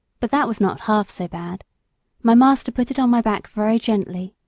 but that was not half so bad my master put it on my back very gently,